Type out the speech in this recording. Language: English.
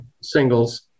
singles